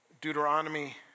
Deuteronomy